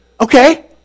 Okay